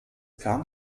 kam